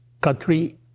country